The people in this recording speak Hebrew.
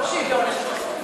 לא שהיא לא הולכת לעשות קניות.